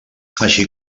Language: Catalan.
així